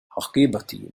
حقيبتي